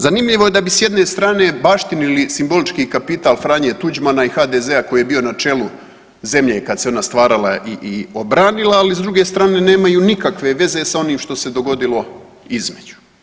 Zanimljivo je da bi s jedne strane baštinili simbolički kapital Franje Tuđmana i HDZ-a koji je bio na čelu zemlje kada se ona stvarala i obranila, ali s druge strane nemaju nikakve veza s onim što se dogodilo između.